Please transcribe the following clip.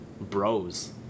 bros